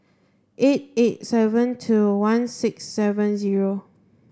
eight eight seven two one six seven zero